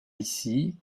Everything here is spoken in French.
ici